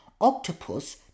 Octopus